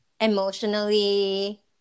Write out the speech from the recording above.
emotionally